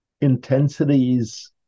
intensities